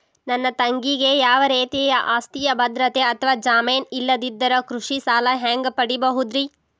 ನನ್ನ ತಂಗಿಗೆ ಯಾವ ರೇತಿಯ ಆಸ್ತಿಯ ಭದ್ರತೆ ಅಥವಾ ಜಾಮೇನ್ ಇಲ್ಲದಿದ್ದರ ಕೃಷಿ ಸಾಲಾ ಹ್ಯಾಂಗ್ ಪಡಿಬಹುದ್ರಿ?